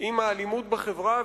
עם האלימות בחברה,